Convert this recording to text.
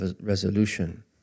resolution